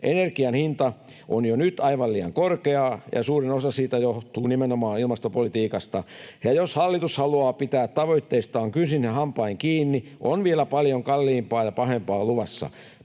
Energian hinta on jo nyt aivan liian korkea, ja suurin osa siitä johtuu nimenomaan ilmastopolitiikasta, ja jos hallitus haluaa pitää tavoitteistaan kynsin ja hampain kiinni, on vielä paljon kalliimpaa ja pahempaa luvassa.